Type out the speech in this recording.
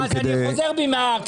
אז אני חוזר בי מהקריאה.